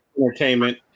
entertainment